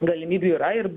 galimybių yra ir